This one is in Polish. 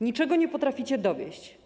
Niczego nie potraficie dowieźć.